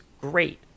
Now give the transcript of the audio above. great